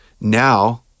Now